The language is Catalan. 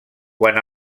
quan